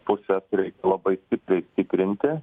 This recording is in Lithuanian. puses reiktų labai stipriai stiprinti